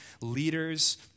leaders